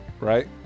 Right